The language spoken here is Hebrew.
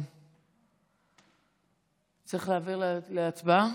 צריך להעביר להצבעה?